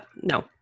no